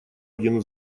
один